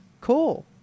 cool